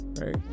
Right